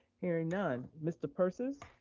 hearing none. mr. persis.